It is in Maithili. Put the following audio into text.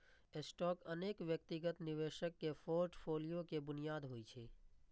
स्टॉक अनेक व्यक्तिगत निवेशक के फोर्टफोलियो के बुनियाद होइ छै